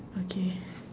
okay